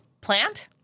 Plant